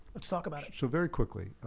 let's talk about it. so, very quickly.